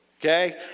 okay